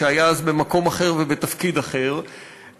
שהיה אז במקום אחר ובתפקיד אחר,